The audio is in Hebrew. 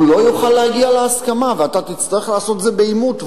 הוא לא יוכל להגיע להסכמה ואתה תצטרך לעשות את זה בעימות.